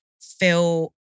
feel